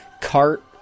cart